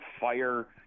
fire –